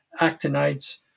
actinides